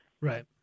right